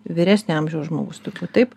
vyresnio amžiaus žmogus tokių taip